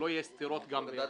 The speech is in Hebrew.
בוועדת